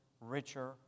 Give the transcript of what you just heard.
richer